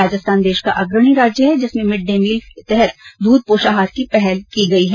राजस्थान देश का अग्रणी राज्य है जिसमें मिड डे मील के तहत दूध पोषाहार की पहल की गई है